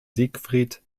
siegfried